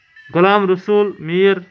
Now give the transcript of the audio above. Ghulam Rasool Mir